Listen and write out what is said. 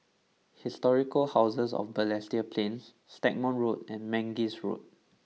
Historic House of Balestier Plains Stagmont Road and Mangis Road